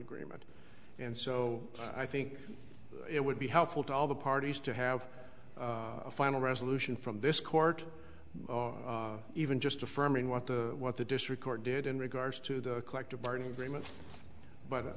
agreement and so i think it would be helpful to all the parties to have a final resolution from this court or even just affirming what the what the district court did in regards to the collective bargaining agreement but